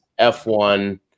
F1